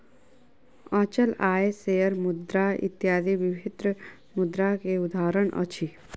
अचल आय, शेयर मुद्रा इत्यादि विभिन्न मुद्रा के उदाहरण अछि